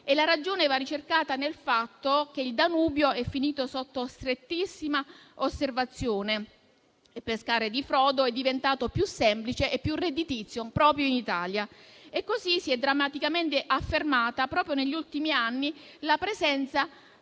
La ragione va ricercata nel fatto che il Danubio è finito sotto strettissima osservazione e pescare di frodo è diventato più semplice e più redditizio proprio in Italia. Così si è drammaticamente affermata, proprio negli ultimi anni, la presenza